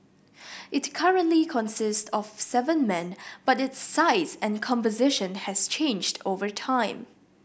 it currently consists of seven men but its size and composition has changed over time